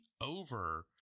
over